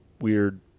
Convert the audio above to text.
weird